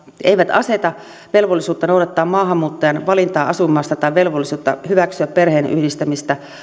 eivät aseta velvollisuutta noudattaa maahanmuuttajan valintaa asuinmaasta ja velvollisuutta hyväksyä perheenyhdistämistä